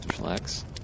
Relax